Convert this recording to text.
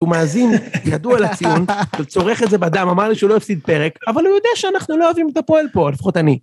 הוא מאזין, ידוע לציון, הוא צורך את זה בדם, אמר לי שהוא לא יפסיד פרק, אבל הוא יודע שאנחנו לא אוהבים את הפועל פה, לפחות אני.